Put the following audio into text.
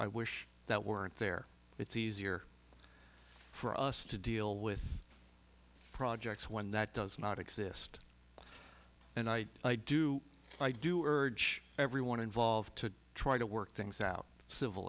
i wish that weren't there it's easier for us to deal with projects when that does not exist and i do i do urge everyone involved to try to work things out civil